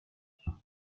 language